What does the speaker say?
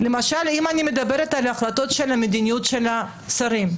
למשל אם אני מדברת על החלטות מדיניות של השרים,